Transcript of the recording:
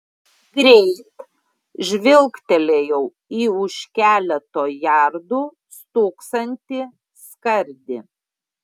greit žvilgtelėjau į už keleto jardų stūksantį skardį